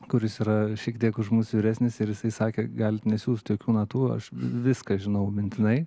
kuris yra šiek tiek už mus vyresnis ir jisai sakė galit nesiųsti jokių natų aš viską žinau mintinai